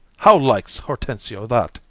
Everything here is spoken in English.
how likes hortensio that?